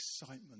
excitement